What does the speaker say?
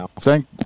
thank